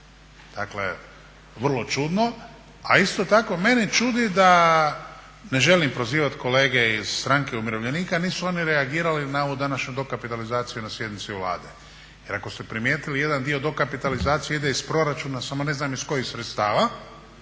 dakle vrlo čudno. A isto tako mene čudi, ne želim prozivati kolege iz Stranke umirovljenika jer nisu oni reagirali na ovu današnju dokapitalizaciju na sjednici Vlade jer ako ste primijetili jedan dio dokapitalizacije ide iz proračuna, samo ne znam iz kojih sredstava